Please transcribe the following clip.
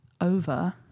over